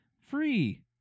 free